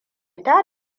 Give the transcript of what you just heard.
ta